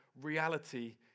reality